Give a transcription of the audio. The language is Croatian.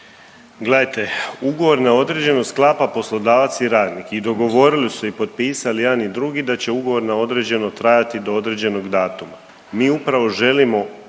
Gledajte, ugovor na određeno sklapa poslodavac i radnik i dogovorili su se i potpisali jedan i drugi da će ugovor na određeno trajati do određenog datuma. Mi upravo želimo